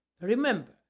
Remember